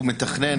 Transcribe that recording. הוא מתכנן,